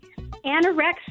Anorexia